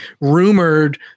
rumored